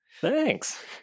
Thanks